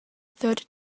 third